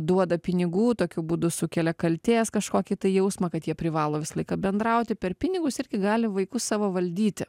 duoda pinigų tokiu būdu sukelia kaltės kažkokį tai jausmą kad jie privalo visą laiką bendrauti per pinigus irgi gali vaikus savo valdyti